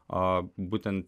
o būtent